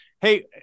Hey